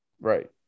Right